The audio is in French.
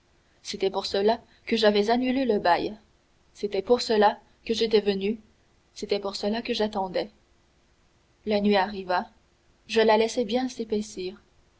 c'était pour cela que j'avais annulé le bail c'était pour cela que j'étais venu c'était pour cela que j'attendais la nuit arriva je la laissai bien s'épaissir